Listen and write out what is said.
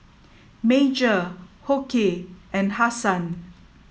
Major Hoke and Hasan